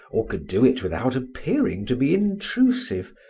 or could do it without appearing to be intrusive,